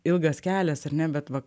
ilgas kelias ar ne bet va